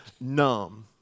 numb